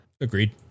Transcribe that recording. Agreed